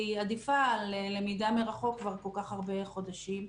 עדיפה על למידה מרחוק כבר כל כך הרבה חודשים.